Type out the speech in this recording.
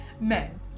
men